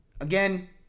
again